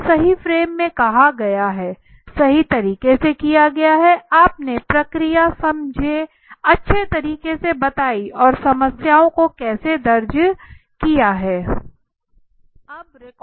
सवाल सही फ्रेम में कहा गया है सही तरीके से किया है आपने प्रक्रिया अच्छे तरीके से बताई और समस्याओं को कैसे दर्ज किया है